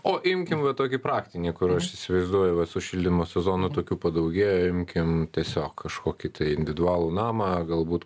o imkim va tokį praktinį kur aš įsivaizduoju va su šildimo sezonu tokių padaugėjo imkim tiesiog kažkokį individualų namą galbūt